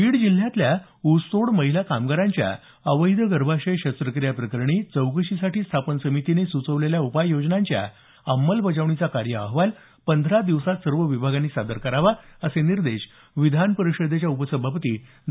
बीड जिल्ह्यातल्या ऊसतोड महिला कामगारांच्या अवैध गर्भाशय शस्त्रक्रियांबाबत स्थापन चौकशी समितीने सुचवलेल्या उपाययोजनांच्या अंमलबजावणीचा कार्य अहवाल पंधरा दिवसात सर्व विभागांनी सादर करावा असे निर्देश विधान परिषदेच्या उपसभापती डॉ